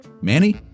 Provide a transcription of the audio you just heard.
Manny